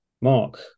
Mark